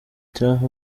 trump